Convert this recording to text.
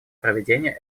проведения